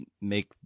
make